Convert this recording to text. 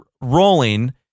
rolling